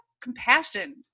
compassion